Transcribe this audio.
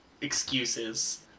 Excuses